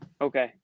Okay